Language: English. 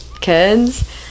kids